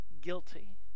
guilty